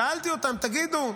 שאלתי אותם: תגידו,